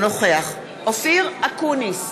אינו נוכח אופיר אקוניס,